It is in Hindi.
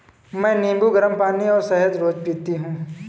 मैं नींबू, गरम पानी और शहद रोज पीती हूँ